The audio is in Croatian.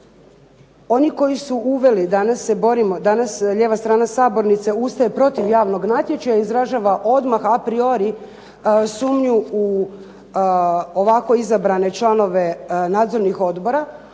oni koji su uveli danas se borimo, danas lijeva strana Sabornice ustaje protiv javnog natječaja, izražava odmah a priori sumnju u ovako izabrane članove nadzornih odbora